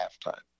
halftime